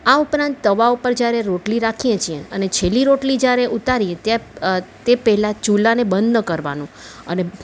આ ઉપરાંત તવા ઉપર જ્યારે રોટલી રાખીએ છીએ અને છેલ્લી રોટલી જ્યારે ઉતારી ત્યાં તે પહેલાં ચૂલાને બંધ ન કરવાનું અને